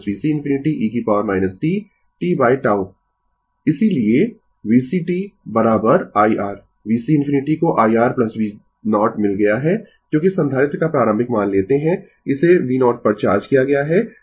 इसीलिए vc t I R vc infinity को I R v0 मिल गया है क्योंकि संधारित्र का प्रारंभिक मान लेते है इसे v0 पर चार्ज किया गया है